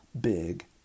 big